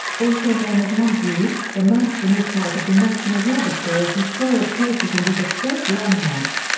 also known as montview, the mansion is part of the national register of historic places and is a state landmark.